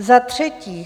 Za třetí.